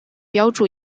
标注